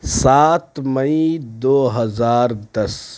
سات مئی دو ہزار دس